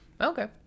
Okay